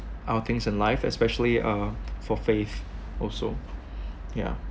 our things in life especially uh for faith also ya